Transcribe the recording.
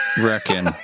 reckon